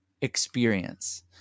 experience